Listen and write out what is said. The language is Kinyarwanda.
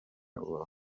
rubavu